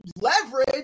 leverage